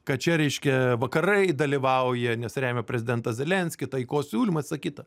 kad čia reiškia vakarai dalyvauja nes remia prezidentą zelenskį taikos siūlymas visa kita